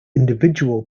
individual